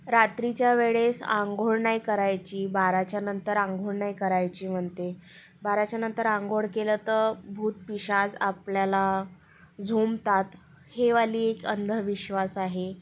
रात्रीच्या वेळेस आंघोळ नाही करायची बाराच्यानंतर आंघोळ नाही करायची म्हणते बाराच्यानंतर आंघोळ केलं तर भूतपिशाच आपल्याला झोंबतात हे वाली एक अंधविश्वास आहे